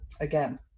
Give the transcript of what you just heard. again